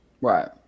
Right